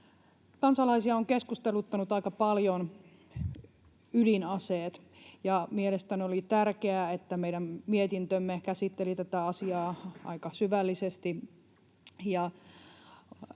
Kansalaisia ovat keskusteluttaneet aika paljon ydinaseet, ja mielestäni oli tärkeää, että meidän mietintömme käsitteli tätä asiaa aika syvällisesti